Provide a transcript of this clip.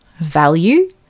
value